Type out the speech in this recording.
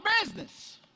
business